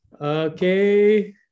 Okay